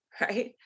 right